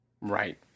Right